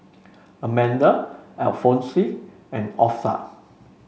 Amanda Alphonse and Orpha